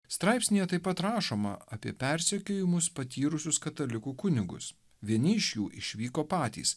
straipsnyje taip pat rašoma apie persekiojimus patyrusius katalikų kunigus vieni iš jų išvyko patys